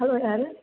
hello யார்